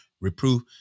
reproof